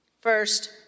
First